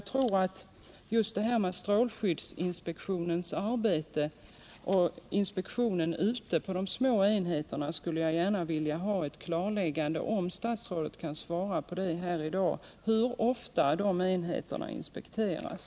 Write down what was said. När det gäller strålskyddsinspektionens inspektioner ute på de små enheterna skulle jag också gärna vilja ha ett klarläggande, om statsrådet kan svara här i dag hur ofta de enheterna inspekteras.